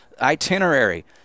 itinerary